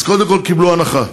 אז קודם כול, קיבלו הנחה.